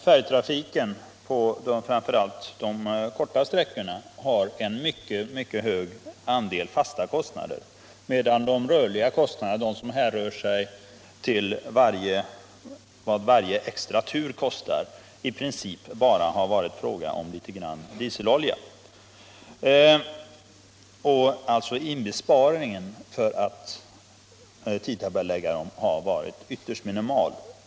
Färjtrafiken har, framför allt på de korta sträckorna, en mycket hög andel fasta kostnader, medan de rörliga kostnaderna — de som härrör sig till vad varje extra tur kostar — i princip bara utgörs av kostnaden för litet grand dieselolja. Inbesparingen genom att tidtabellägga trafiken har varit ytterst minimal.